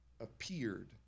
Appeared